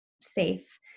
safe